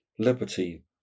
liberty